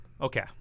Okay